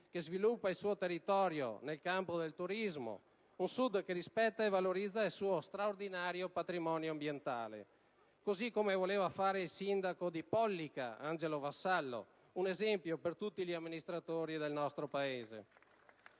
che sviluppa il suo territorio nel campo del turismo, ad un Sud che rispetta e valorizza il suo straordinario patrimonio ambientale, così come voleva fare il sindaco di Pollica, Angelo Vassallo, un esempio per tutti gli amministratori del nostro Paese.